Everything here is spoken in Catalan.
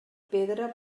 pedra